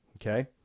okay